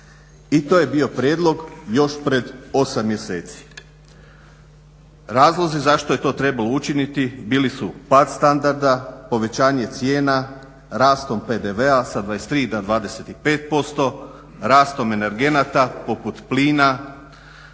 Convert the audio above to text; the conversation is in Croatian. i to je bio prijedlog još pred 8 mjeseci. Razlozi zašto je to trebalo učiniti bili su pad standarda, povećanje cijena, rast PDV-a sa 23 na 25%, rastom energenata poput plina